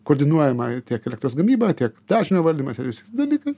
koordinuojama tiek elektros gamyba tiek dažnio valdymas ir visi kiti dalykai